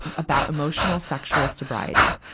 about emotional-sexual sobriety.